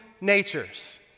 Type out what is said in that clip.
natures